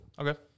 Okay